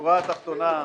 בשורה התחתונה,